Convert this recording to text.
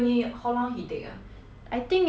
I think is around two years